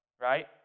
right